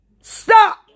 Stop